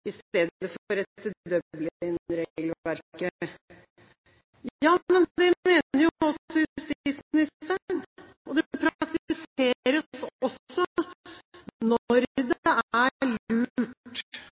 i Norge, i stedet for etter Dublin-regelverket.» Ja, men det mener jo også justisministeren, og det praktiseres også når det